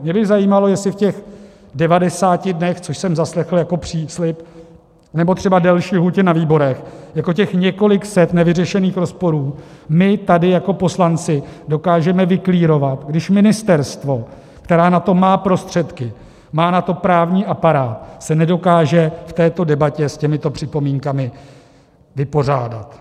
Mě by zajímalo, jestli v těch devadesáti dnech, což jsem zaslechl jako příslib, nebo třeba delší lhůtě na výborech, jako těch několik set nevyřešených rozporů my tady jako poslanci dokážeme vyclearovat, když ministerstvo, které na to má prostředky, má na to právní aparát, se nedokáže v této debatě s těmito připomínkami vypořádat.